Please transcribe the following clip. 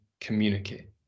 communicate